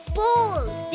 bold